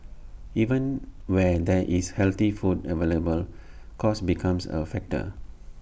even where there is healthy food available cost becomes A factor